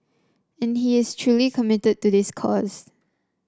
and he is truly committed to this cause